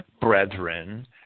brethren